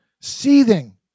seething